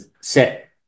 set